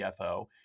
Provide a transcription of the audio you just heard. CFO